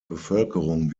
bevölkerung